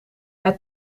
het